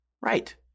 right